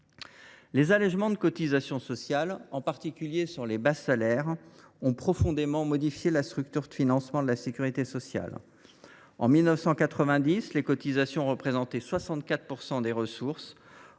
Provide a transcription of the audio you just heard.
Les allégements de cotisations sociales, en particulier sur les bas salaires, ont profondément modifié la structure de financement de la sécurité sociale. En 1990, les cotisations représentaient 64 % des ressources